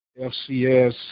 FCS